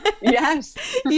yes